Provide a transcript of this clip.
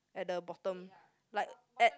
at the bottom like at